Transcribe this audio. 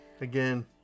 Again